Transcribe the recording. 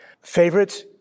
Favorites